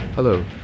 Hello